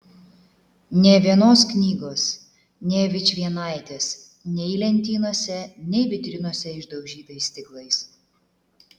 nė vienos knygos nė vičvienaitės nei lentynose nei vitrinose išdaužytais stiklais